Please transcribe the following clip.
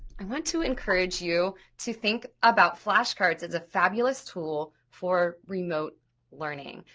i want to encourage you to think about flashcards as a fabulous tool for remote learning.